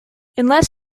unless